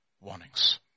warnings